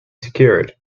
secured